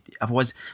Otherwise